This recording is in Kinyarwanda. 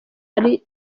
yari